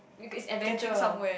it is adventure